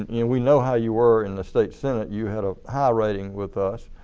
yeah we know how you were in the state senate, you had a high rating with us.